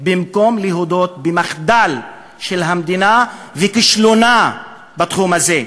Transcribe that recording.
במקום להודות במחדל של המדינה ובכישלונה בתחום הזה.